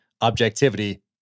objectivity